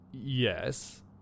Yes